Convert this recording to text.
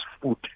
food